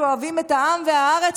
שאוהבים את העם והארץ,